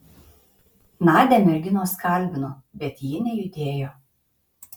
nadią merginos kalbino bet ji nejudėjo